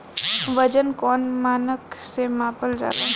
वजन कौन मानक से मापल जाला?